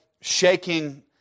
shaking